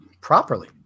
properly